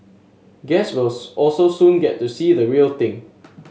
guests will also soon get to see the real thing